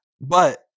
but-